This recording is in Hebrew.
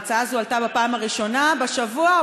ההצעה הזאת עלתה בפעם הראשונה בשבוע או